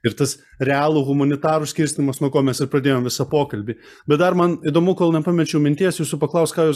ir tas realų humanitarų skirstymas nuo ko mes ir pradėjom visą pokalbį bet dar man įdomu kol nepamečiau minties jūsų paklaust ką jūs